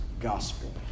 Gospel